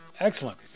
Excellent